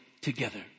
together